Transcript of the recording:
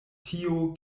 tio